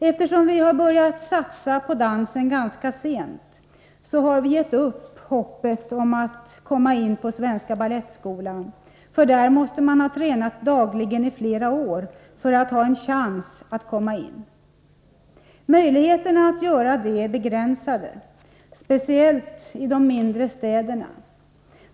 Eftersom vi har börjat satsa på dansen ganska sent, så har vi gett upp hoppet om att komma in på Svenska Balettskolan, för där måste man ha tränat dagligen i flera år för att ha en chans att komma in. Möjligheterna att göra det är begränsade, speciellt i de mindre städerna.